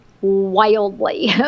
wildly